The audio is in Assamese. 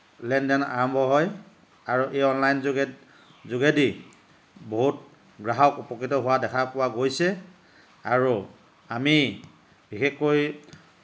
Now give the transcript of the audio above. লেনদেন আৰম্ভ হয় আৰু এই অনলাইন যোগে যোগেদি বহুত গ্ৰাহক উপকৃত হোৱা দেখা পোৱা গৈছে আৰু আমি বিশেষকৈ